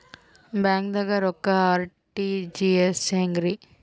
ಬ್ಯಾಂಕ್ದಾಗ ರೊಕ್ಕ ಆರ್.ಟಿ.ಜಿ.ಎಸ್ ಹೆಂಗ್ರಿ?